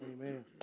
Amen